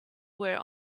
where